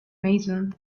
mason